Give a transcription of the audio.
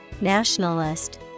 nationalist